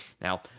Now